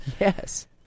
yes